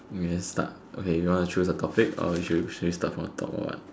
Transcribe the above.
okay then start okay if you want to choose the topic or should you start from top or what